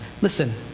Listen